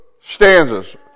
stanzas